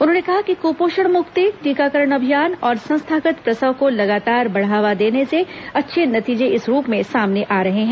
उन्होंने कहा कि कुपोषण मुक्ति टीकाकरण अभियान और संस्थागत प्रसव को लगातार बढ़ावा देने के अच्छे नतीजे इस रूप में सामने आ रहे हैं